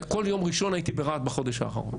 כל יום ראשון הייתי ברהט בחודש האחרון,